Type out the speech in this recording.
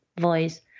voice